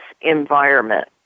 environment